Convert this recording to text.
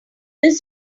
this